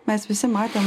mes visi matėm